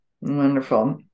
Wonderful